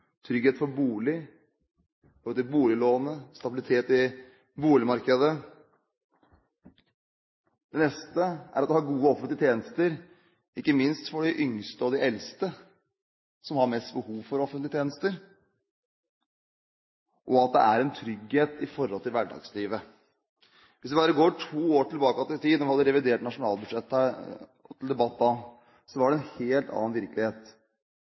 trygghet for bolig, når det gjelder boliglånet og stabilitet i boligmarkedet. Det neste er at du har gode offentlige tjenester, ikke minst for de yngste og de eldste, som har mest behov for offentlige tjenester, og at man har en trygghet når det gjelder hverdagslivet. Hvis vi bare går to år tilbake i tid, da vi hadde revidert nasjonalbudsjett til debatt, var det en helt annen virkelighet.